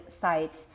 sites